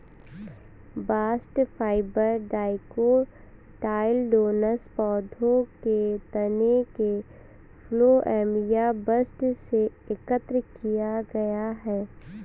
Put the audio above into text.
bast fibre dicotyledonous पौधों के तने के फ्लोएम या बस्ट से एकत्र किया गया है